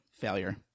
failure